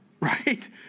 right